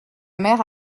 mère